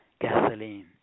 gasoline